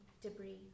debris